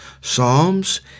psalms